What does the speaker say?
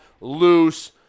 Loose